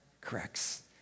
corrects